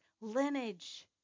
lineage